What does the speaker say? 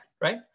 Right